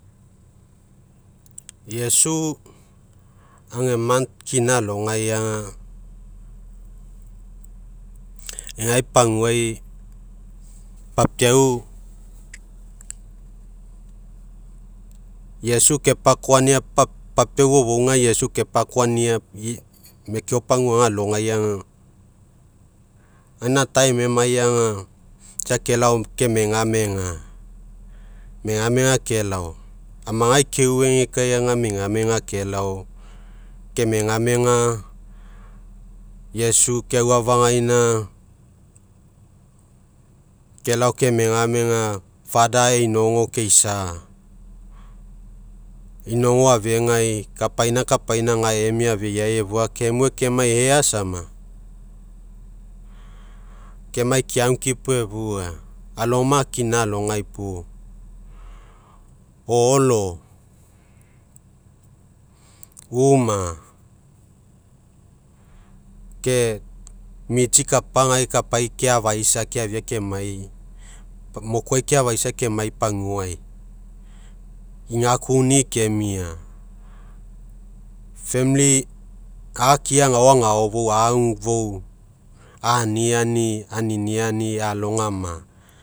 Iesu ega month kina alogai aga, gae paguai. Papiau iesu kepakoaina, papiau fofougai iesu kepakoania, mekeo paguaga alogai aga, gainatime emai aga, isa kelao kemegmega, megamega kelao. Amagai ke uegekae megamega kelao, kemagmega iesu keauafagaina, kelao megamega, fada ainogo keisa inogo afegai, kapina, kapaina gae emia afeiai afua, kemue kemai ea sama, kemai keagukepo efua, alogama kina alogai puo o'olo, uma ke mitsi kapa gai kapai keafaisa keafia kemai, mokuai keafaisa kemai paguai, igakuni'i kemia, famili a'akia agao, agaofou, agufou, aniani, aniniani, a'alogama.